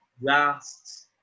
last